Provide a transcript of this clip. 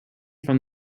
from